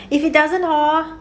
if it doesn't hor